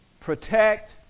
protect